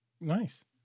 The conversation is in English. Nice